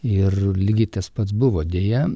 ir lygiai tas pats buvo deja